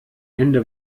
hände